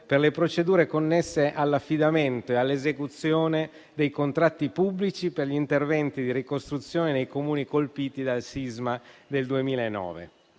per le procedure connesse all'affidamento e all'esecuzione dei contratti pubblici per gli interventi di ricostruzione dei Comuni colpiti dal sisma del 2009.